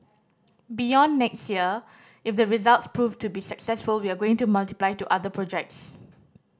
beyond next year if the results proved to be successful we are going to multiply to other projects